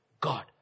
God